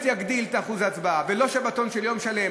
יגדיל את אחוז ההצבעה ולא שבתון של יום שלם.